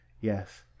Yes